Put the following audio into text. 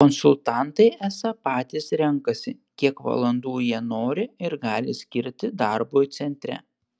konsultantai esą patys renkasi kiek valandų jie nori ir gali skirti darbui centre